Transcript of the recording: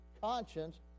conscience